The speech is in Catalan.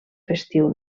festiu